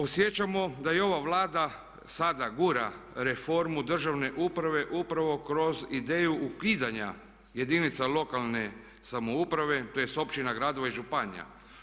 Osjećamo da i ova Vlada sada gura reformu državne uprave upravo kroz ideju ukidanja jedinica lokalne samouprave, tj. općina, gradova i županija.